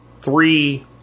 Three